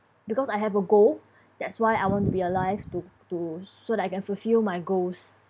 because I have a goal that's why I want to be alive to to so that I can fulfil my goals